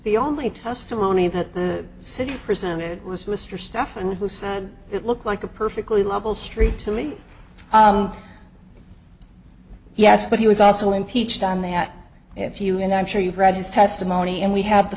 the only testimony that the city presented was mr stuff and who said it looked like a perfectly level street to me yes but he was also impeached on that if you and i'm sure you've read his testimony and we have the